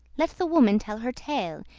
let the woman tell her tale.